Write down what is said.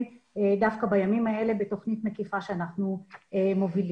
דווקא בימים האלה בתוכנית מקיפה שאנחנו מובילים.